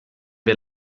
wir